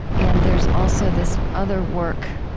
and there's also this other work.